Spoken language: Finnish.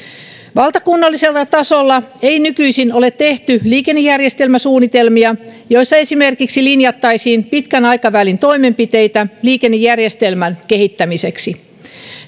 valtakunnallisella tasolla ei nykyisin ole tehty liikennejärjestelmäsuunnitelmia joissa esimerkiksi linjattaisiin pitkän aikavälin toimenpiteitä liikennejärjestelmän kehittämiseksi